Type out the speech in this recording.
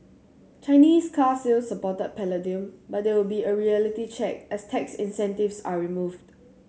Chinese car sales supported palladium but there will a reality check as tax incentives are removed